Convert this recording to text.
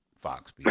Fox